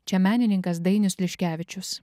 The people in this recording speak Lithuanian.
čia menininkas dainius liškevičius